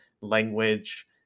language